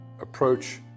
approach